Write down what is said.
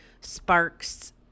sparks